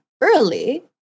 early